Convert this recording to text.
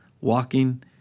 walking